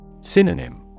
Synonym